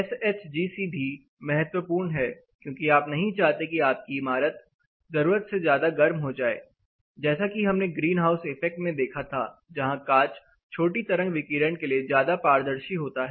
S H G C भी महत्वपूर्ण हैक्योंकि आप नहीं चाहते कि आपकी इमारत जरूरत से ज्यादा गर्म हो जाए जैसा कि हमने ग्रीन हाउस इफेक्ट में देखा था जहां कांच छोटी तरंग विकिरण के लिए ज्यादा पारदर्शी होता है